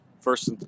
first